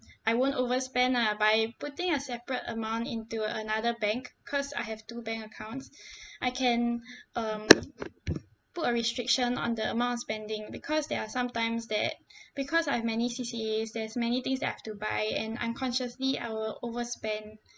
I won't overspend lah by putting a separate amount into another bank cause I have two bank accounts I can um put a restriction on the amount of spending because there are sometimes that because I have many C_C_A there's many things that I have to buy and unconsciously I will overspend